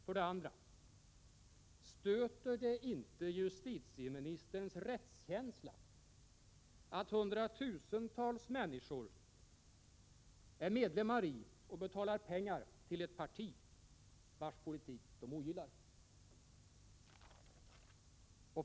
För det andra: Stöter det inte justitieministerns rättskänsla att hundratusentals människor är medlemmar i och betalar pengar till ett parti vars politik de ogillar?